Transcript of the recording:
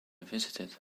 visited